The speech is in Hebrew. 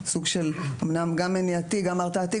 אומנם גם מניעתי וגם הרתעתי,